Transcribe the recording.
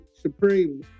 supreme